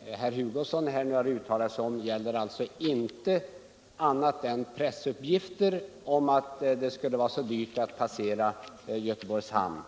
herr Hugosson nu har uttalat sig om gäller alltså ingenting annat än pressuppgifter om att det skulle vara så dyrt att passera Göteborgs hamn.